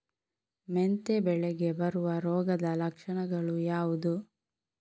ಮೆಂತೆ ಬೆಳೆಗೆ ಬರುವ ರೋಗದ ಲಕ್ಷಣಗಳು ಯಾವುದು?